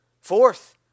Fourth